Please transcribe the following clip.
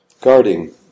guarding